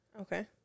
Okay